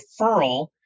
referral